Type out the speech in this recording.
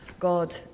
God